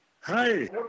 Hi